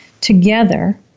together